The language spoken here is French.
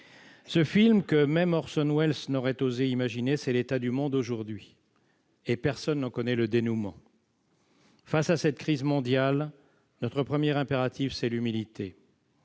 Ce film, que même Orson Welles n'aurait osé imaginer, c'est l'état du monde aujourd'hui. Personne n'en connaît le dénouement. Face à cette crise mondiale, notre premier impératif est l'humilité.